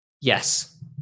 Yes